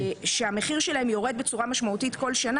שהמחיר שלהם יורד בצורה משמעותית כל שנה,